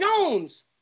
Jones